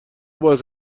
باعث